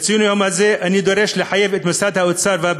בציון היום הזה אני דורש לחייב את משרד האוצר ומשרד